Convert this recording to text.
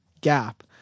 gap